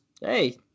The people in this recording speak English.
hey